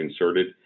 inserted